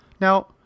Now